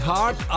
Heart